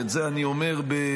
ואת זה אני אומר בצער,